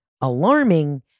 alarming